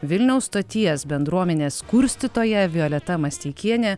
vilniaus stoties bendruomenės kurstytoja violeta masteikienė